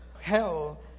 hell